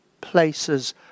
places